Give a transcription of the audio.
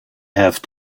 have